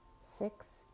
six